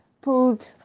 pulled